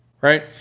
Right